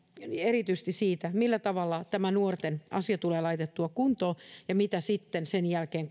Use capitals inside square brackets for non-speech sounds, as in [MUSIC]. erityisesti siitä millä tavalla nuorten asia tulee laitettua kuntoon ja mitä sitten sen jälkeen [UNINTELLIGIBLE]